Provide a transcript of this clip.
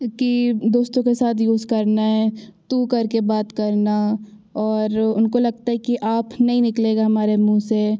कि दोस्तो के साथ यूज़ करना है तू करके बात करना और उनको लगता है कि आप नहीं निकलेगा हमारे मूँह से